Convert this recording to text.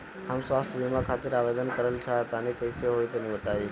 हम स्वास्थ बीमा खातिर आवेदन करल चाह तानि कइसे होई तनि बताईं?